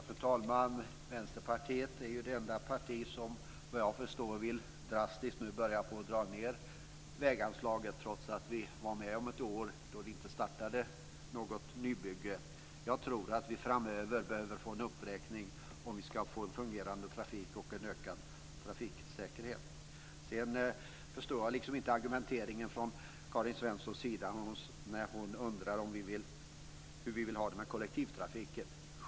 Fru talman! Vänsterpartiet är det enda parti som, såvitt jag förstår, nu drastiskt vill börja att dra ned väganslaget trots att vi varit med om ett år då det inte startade något nybygge. Jag tror att vi framöver behöver få en uppräkning om vi ska få en fungerande trafik och en ökad trafiksäkerhet. Sedan förstår jag inte argumenteringen från Karin Svensson Smiths sida när hon undrar hur vi vill ha det med kollektivtrafiken.